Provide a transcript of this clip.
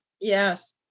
Yes